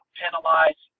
penalize